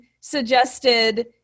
suggested